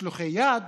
משלחי יד: